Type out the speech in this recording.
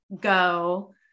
go